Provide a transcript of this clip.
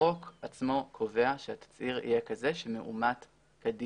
החוק עצמו קובע שהתצהיר יהיה כזה שהוא מאומת כדין.